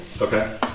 Okay